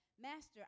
Master